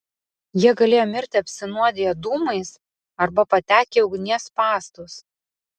jie galėjo mirti apsinuodiję dūmais arba patekę į ugnies spąstus